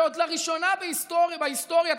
ועוד לראשונה בהיסטוריה,